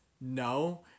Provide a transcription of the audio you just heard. No